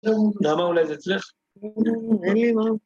‫למה אולי זה אצלך?